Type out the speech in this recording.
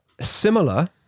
similar